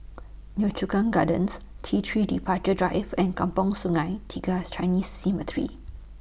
Yio Chu Kang Gardens T three Departure Drive and Kampong Sungai Tiga Chinese Cemetery